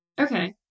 Okay